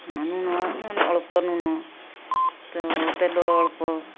ହଁ ନୁଣ ମାନେ ଅଳ୍ପ ନୁଣ ତ ତେଲ ଅଳ୍ପ